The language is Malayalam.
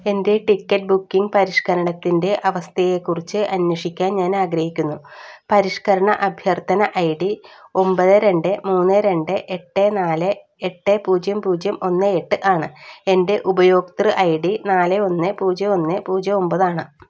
എൻ്റെ ടിക്കറ്റ് ബുക്കിംഗ് പരിഷ്ക്കരണത്തിൻ്റെ അവസ്ഥയെക്കുറിച്ച് അന്വേഷിക്കാൻ ഞാൻ ആഗ്രഹിക്കുന്നു പരിഷ്ക്കരണ അഭ്യർത്ഥന ഐ ഡി ഒമ്പത് രണ്ട് മൂന്ന് രണ്ട് എട്ട് നാല് എട്ട് പൂജ്യം പൂജ്യം ഒന്ന് എട്ട് ആണ് എൻ്റെ ഉപയോക്തൃ ഐ ഡി നാല് ഒന്ന് പൂജ്യം ഒന്ന് പൂജ്യം ഒമ്പതാണ്